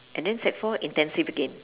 and then sec four intensive again